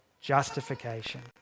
justification